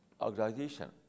organization